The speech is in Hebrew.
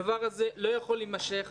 הדבר הזה לא יכול להימשך.